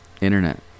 Internet